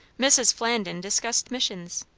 mrs. flandin discussed missions.